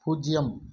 பூஜ்ஜியம்